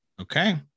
Okay